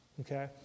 Okay